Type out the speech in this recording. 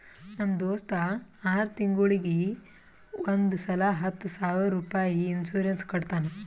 ನಮ್ ದೋಸ್ತ ಆರ್ ತಿಂಗೂಳಿಗ್ ಒಂದ್ ಸಲಾ ಹತ್ತ ಸಾವಿರ ರುಪಾಯಿ ಇನ್ಸೂರೆನ್ಸ್ ಕಟ್ಟತಾನ